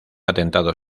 atentado